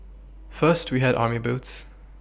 first we had army boots